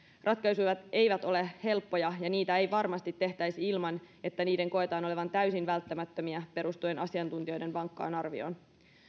ratkaisut eivät eivät ole helppoja ja niitä ei varmasti tehtäisi ilman että niiden koetaan olevan täysin välttämättömiä perustuen asiantuntijoiden vankkaan arvioon